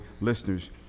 listeners